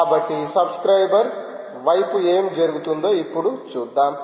కాబట్టి సబ్స్క్రైబర్ వైపు ఏమి జరుగుతుందో ఇప్పుడు చూద్దాం